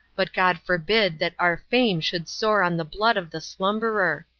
but god forbid that our fame should soar on the blood of the slumberer.